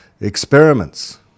experiments